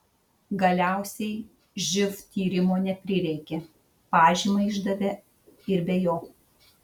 galiausiai živ tyrimo neprireikė pažymą išdavė ir be jo